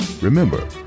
Remember